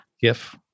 GIF